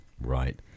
right